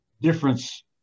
difference